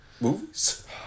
movies